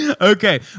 Okay